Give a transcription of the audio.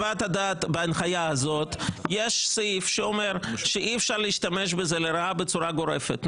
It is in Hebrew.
בהנחיה הזאת יש סעיף שאומר שאי אפשר להשתמש בזה לרעה בצורה גורפת.